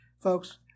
Folks